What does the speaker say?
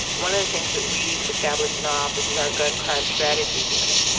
one of the things that we've established in our office is our gun crimes strategies unit.